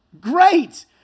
Great